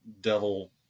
devil